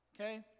Okay